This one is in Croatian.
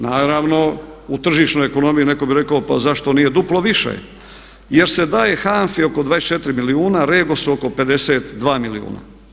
Naravno u tržišnoj ekonomiji netko bi rekao pa zašto nije duplo više jer se daje HANFA-i oko 24 milijuna, REGOS-u oko 52 milijuna.